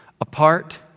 apart